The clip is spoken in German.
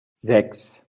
sechs